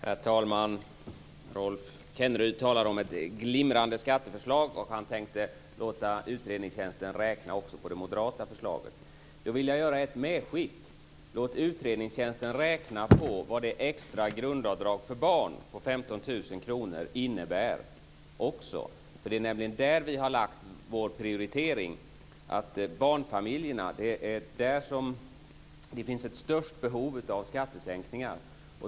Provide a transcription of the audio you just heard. Herr talman! Rolf Kenneryd talar om ett glimrande skatteförslag. Han tänker låta utredningstjänsten räkna också på det moderata förslaget. Då vill jag göra ett medskick. Låt utredningstjänsten också räkna på vad det extra grundavdraget för barn på 15 000 kr innebär! Det är nämligen där vi har lagt vår prioritering. Det är hos barnfamiljerna som det största behovet av skattesänkningar finns.